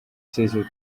seizure